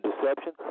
deception